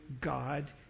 God